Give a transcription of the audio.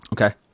Okay